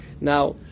Now